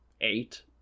eight